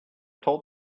told